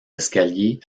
escalier